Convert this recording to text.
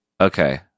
Okay